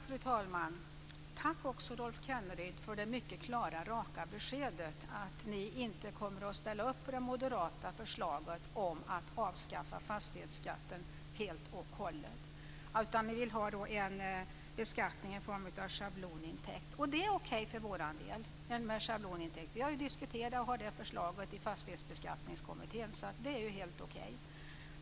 Fru talman! Tack, Rolf Kenneryd för det mycket klara och raka beskedet att ni inte kommer att ställa upp på det moderata förslaget att avskaffa fastighetsskatten helt och hållet. Ni vill ha en beskattning i form av en schablonintäkt. Det är okej för vår del med en schablonintäkt. Vi har diskuterat detta och har detta förslag i Fastighetsbeskattningskommittén, så det är helt okej.